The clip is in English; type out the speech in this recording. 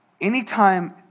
anytime